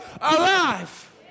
alive